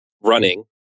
running